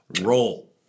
Roll